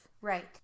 Right